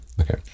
Okay